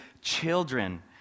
Children